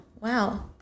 Wow